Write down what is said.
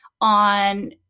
on